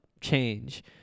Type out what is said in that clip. change